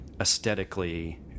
aesthetically